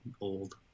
old